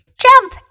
Jump